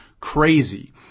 crazy